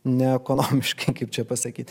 neekonomiškai čia pasakyt